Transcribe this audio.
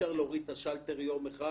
אי-אפשר להוריד את השלטר יום אחד